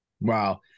Wow